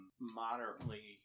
moderately